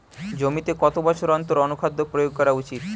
জমিতে কত বছর অন্তর অনুখাদ্য প্রয়োগ করা উচিৎ?